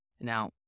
Now